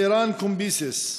אלירן קומביסיס,